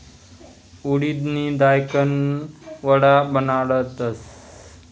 उडिदनी दायकन वडा बनाडतस